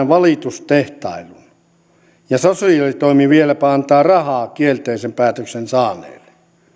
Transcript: valitustehtailun ja sosiaalitoimi vieläpä antaa rahaa kielteisen päätöksen saaneille